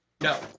No